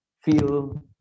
feel